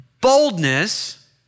boldness